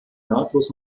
nahtlos